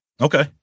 Okay